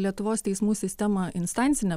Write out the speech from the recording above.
lietuvos teismų sistemą instancine